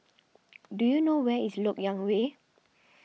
do you know where is Lok Yang Way